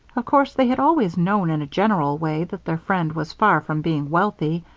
of course they had always known in a general way that their friend was far from being wealthy,